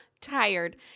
tired